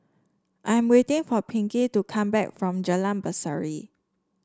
I am waiting for Pinkey to come back from Jalan Berseri